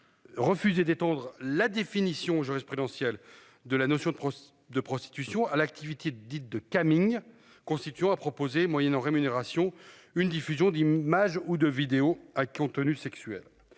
Refusé d'étendre la définition jurisprudentielle de la notion de prostitution à l'activité dite de Camille constituera proposé moyennant rémunération une diffusion d'images ou de vidéos à contenu sexuel.